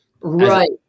right